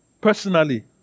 Personally